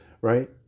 right